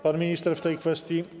Pan minister w tej kwestii?